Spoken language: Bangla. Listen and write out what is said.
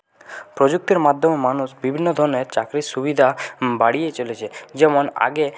প্রযুক্তির মাধ্যমে মানুষ বিভিন্ন ধরনের চাকরির সুবিধা বাড়িয়ে চলেছে যেমন আগে